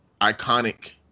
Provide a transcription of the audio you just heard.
iconic